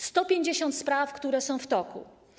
150 spraw, które są w toku.